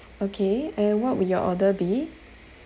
okay and what would your order be